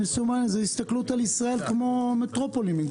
זה הסתכלות על ישראל כמו על מטרופולין.